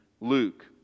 Luke